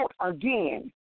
again